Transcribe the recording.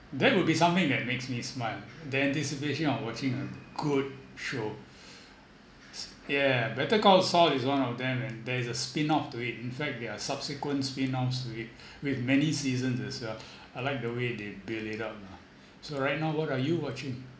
that would be something that makes me smile the anticipation of watching a good show yeah better call saul is one of them and there is a spin-off to it in fact there are subsequence spin-offs to it with many seasons as well I like the way they build it up lah so right now what are you watching